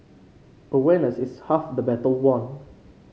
awareness is half the battle won